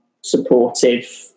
supportive